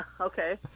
okay